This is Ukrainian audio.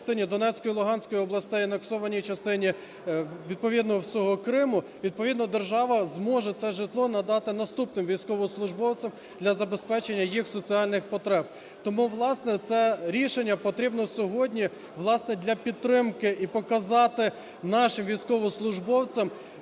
частині Донецької, Луганської областей, анексованій частині відповідно всього Криму, відповідно держава зможе це житло надати наступним військовослужбовцям для забезпечення їх соціальних потреб. Тому, власне, це рішення потрібно сьогодні, власне, для підтримки і показати нашим військовослужбовцям